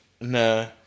No